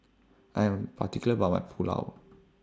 I Am particular about My Pulao